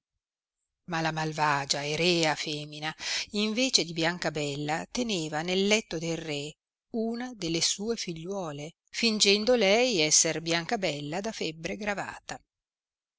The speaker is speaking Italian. ma la malvagia e rea femina in vece di biancabella teneva nel letto del re una delle sue figliuole fingendo lei esser biancabella da febbre gravata